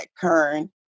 kern